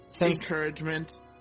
encouragement